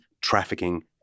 trafficking